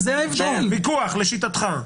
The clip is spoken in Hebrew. הוויכוח לשיטתך.